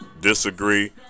disagree